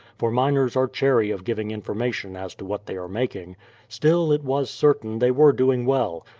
for miners are chary of giving information as to what they are making still, it was certain they were doing well,